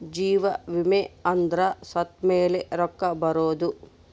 ಜೀವ ವಿಮೆ ಅಂದ್ರ ಸತ್ತ್ಮೆಲೆ ರೊಕ್ಕ ಬರೋದು